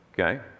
Okay